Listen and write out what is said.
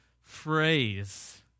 phrase